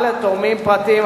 על התורמים הפרטיים.